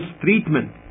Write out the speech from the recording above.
treatment